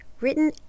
written